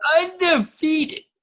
Undefeated